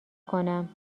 کنم